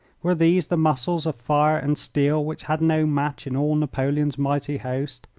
were these the muscles of fire and steel which had no match in all napoleon's mighty host?